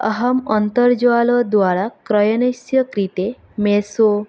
अहम् अन्तर्जाललद्वारा क्रयनस्य कृते मेस्सो